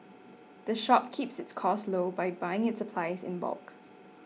the shop keeps its costs low by buying its supplies in bulk